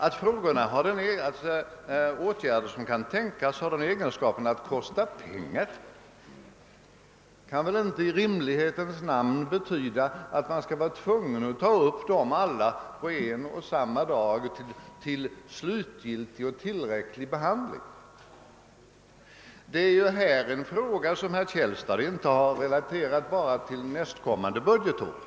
Att frågorna har den egenskapen att de kostar pengar kan inte betyda att man skulle vara tvungen att ta upp dem alla på en och samma dag till slutgiltig behandling. Det är ju här en fråga som herr Källstad inte har tagit upp endast med tanke på nästkommande budgetår.